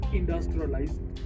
industrialized